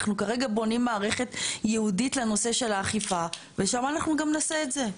כרגע אנחנו בונים מערכת ייעודית לנושא של האכיפה ושם נעשה גם את זה.